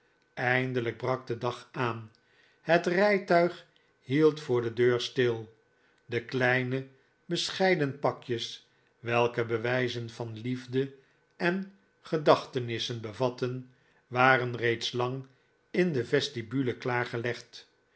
eindelijk brak de dag aan het rijtuig hield voor de deur stil de kleine bescheiden pakjes welke bewijzen van liefde en gedachtenissen bevatten waren reeds lang in de vestibule klaar gelegd